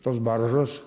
tos baržos